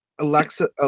Alexa